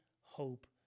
hope